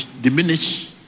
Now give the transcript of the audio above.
diminish